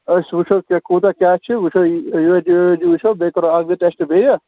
أسۍ وُچھو کہِ کوٗتاہ کیٛاہ چھُ وُچھو وُچھو بیٚیہِ کرو اکھ زٕ ٹٮ۪سٹہٕ بیٚیہِ